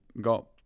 got